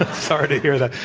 ah sorry to hear that.